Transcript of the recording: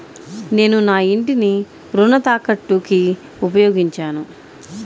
నేను నా ఇంటిని రుణ తాకట్టుకి ఉపయోగించాను